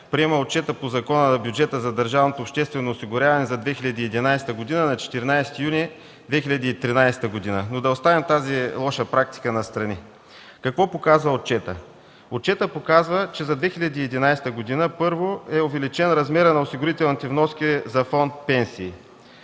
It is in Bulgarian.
приема Отчета по Закона за бюджета на държавното обществено осигуряване за 2011 г. на 14 юни 2013 г. Да оставим тази лоша практика настрани. Какво показва отчетът? Отчетът за 2011 г показва, че първо е увеличен размерът на осигурителните вноски за Фонд „Пенсии”.